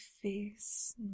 face